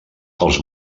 els